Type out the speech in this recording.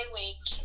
week